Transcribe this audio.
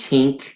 Tink